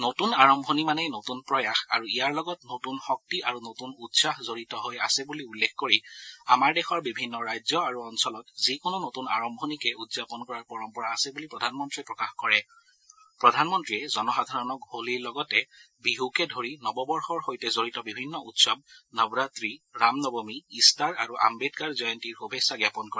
নতুন আৰম্ভণি মানেই নতুন প্ৰয়াস আৰু ইয়াৰ লগত নতুন শক্তি আৰু নতুন উৎসাহ জডিত হৈ আছে বুলি উল্লেখ কৰি আমাৰ দেশৰ বিভিন্ন ৰাজ্য আৰু অঞ্চলত যিকোনো নতুন আৰম্ভণিকে উদযাপন কৰাৰ পৰম্পৰা আছে বুলি প্ৰধানমন্ত্ৰীয়ে প্ৰধানমন্ত্ৰীয়ে জনসাধাৰণক হোলীৰ লগতে বিহুকে ধৰি নৱবৰ্ষৰ সৈতে জড়িত বিভিন্ন উৎসৱ নৱৰাত্ৰি ৰাম নৱমী ইষ্টাৰ আৰু আম্বেদকাৰ জয়ন্তীৰ শুভেচ্ছা জ্ঞাপন কৰে